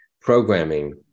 programming